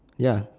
ya